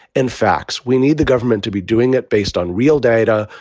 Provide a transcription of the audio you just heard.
in facts, we need the government to be doing it based on real data,